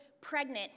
pregnant